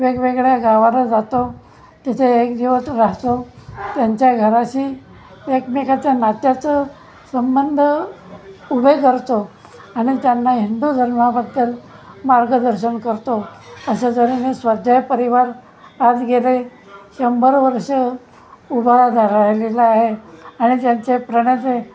वेगवेगळ्या गावाना जातो तिथे एक दिवस राहतो त्यांच्या घराशी एकमेकाच्या नात्याचं संबंध उभे करतो आणि त्यांना हिंदू धर्माबद्दल मार्गदर्शन करतो अशा तऱ्हेने स्वाध्याय परिवार आज गेले शंभर वर्ष उभा रा राहिलेला आहे आणि त्यांचे प्रणेते